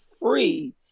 free